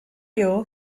you